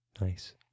Nice